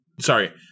sorry